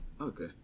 okay